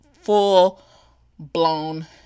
full-blown